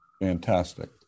Fantastic